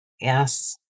Yes